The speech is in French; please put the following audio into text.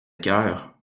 cœur